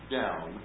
down